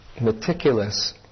meticulous